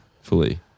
fully